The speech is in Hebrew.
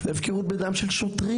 שוטרים